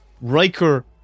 Riker